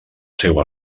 seu